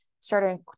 starting